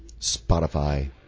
Spotify